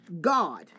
God